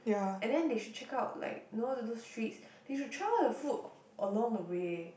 and then they should check out like know those streets they should try all the food along the way